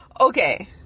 okay